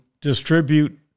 distribute